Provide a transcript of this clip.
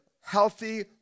healthy